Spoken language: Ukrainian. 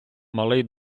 малий